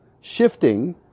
shifting